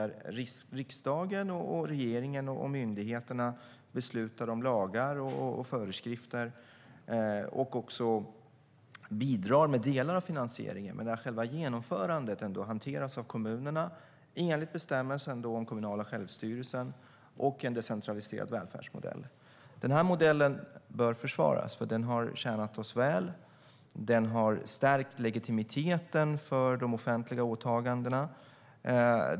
Riksdagen, regeringen och myndigheterna beslutar om lagar och föreskrifter och bidrar också med delar av finansieringen. Men själva genomförandet hanteras av kommunerna enligt bestämmelsen om den kommunala självstyrelsen och en decentraliserad välfärdsmodell. Den modellen bör försvaras. Den har tjänat oss väl, och den har stärkt legitimiteten för de offentliga åtagandena.